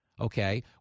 okay